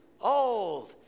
old